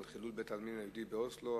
על חילול בית-העלמין היהודי באוסלו.